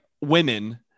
women